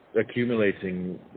accumulating